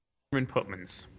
alderman pootmans.